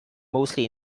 mostly